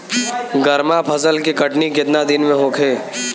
गर्मा फसल के कटनी केतना दिन में होखे?